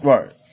Right